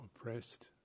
oppressed